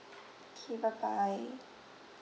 K bye bye